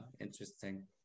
Interesting